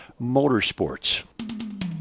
Motorsports